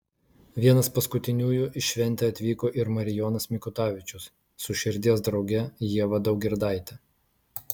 vienas paskutiniųjų į šventę atvyko ir marijonas mikutavičius su širdies drauge ieva daugirdaite